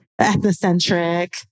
ethnocentric